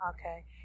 Okay